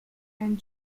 and